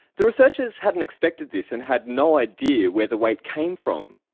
the researchers hadn't expected this and had no idea where the weight came from.